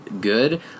good